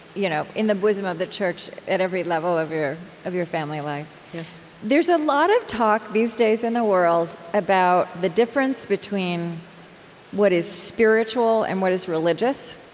you know in the bosom of church, at every level of your of your family life there's a lot of talk these days in the world about the difference between what is spiritual and what is religious.